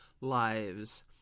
Lives